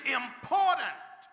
important